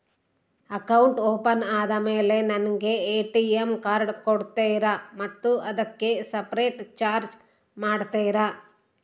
Account open ಆದಮೇಲೆ ನನಗೆ ATM card ಕೊಡ್ತೇರಾ ಮತ್ತು ಅದಕ್ಕೆ ಸಪರೇಟ್ ಚಾರ್ಜ್ ಮಾಡ್ತೇರಾ?